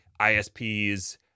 ISPs